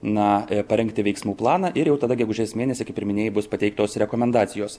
na parengti veiksmų planą ir jau tada gegužės mėnesį kaip ir minėjai bus pateiktos rekomendacijos